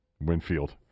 Winfield